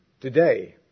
today